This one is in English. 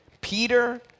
Peter